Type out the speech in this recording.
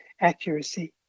accuracy